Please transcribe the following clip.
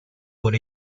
por